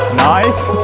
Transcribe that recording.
nice!